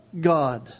God